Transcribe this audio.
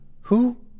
Who